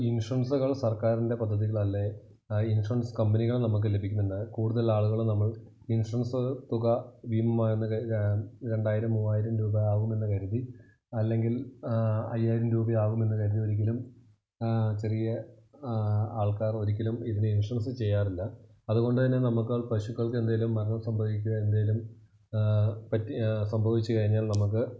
ഇന്ഷുറന്സുകള് സര്ക്കാരിന്റെ പദ്ധതികളല്ലേ ഈ ഇന്ഷുറന്സ് കമ്പനികള് നമുക്ക് ലഭിക്കുന്നുണ്ടാകു കൂടുതല് ആളുകൾ നമ്മള് ഇന്ഷുറന്സ് തുക ഭീമമാകുന്ന രണ്ടായിരം മൂവായിരം രൂപ ആവുമെന്ന് കരുതി അല്ലെങ്കില് അയ്യായിരം രൂപ ആവുമെന്ന് കരുതി ഒരിക്കലും ചെറിയ ആള്ക്കാര് ഒരിക്കലും ഇതിനെ ഇന്ഷുറന്സ് ചെയ്യാറില്ല അതുകൊണ്ട് തന്നെ നമ്മൾക്ക് പശുക്കള്ക്ക് എന്തെങ്കിലും മരണം സംഭവിക്കുമോ എന്തെങ്കിലും പറ്റി സംഭവിച്ചു കഴിഞ്ഞാല് നമ്മൾക്ക്